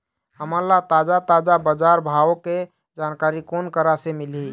हमन ला ताजा ताजा बजार भाव के जानकारी कोन करा से मिलही?